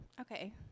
Okay